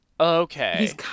Okay